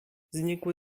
znikły